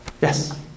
Yes